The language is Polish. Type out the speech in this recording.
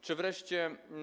Czy wreszcie